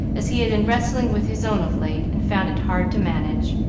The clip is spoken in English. as he had been wrestling with his own of late, and found it hard to manage.